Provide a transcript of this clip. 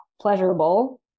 pleasurable